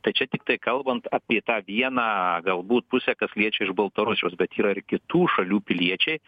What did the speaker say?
tai čia tiktai kalbant apie tą vieną galbūt pusę kas liečia iš baltarusijos bet yra ir kitų šalių piliečiai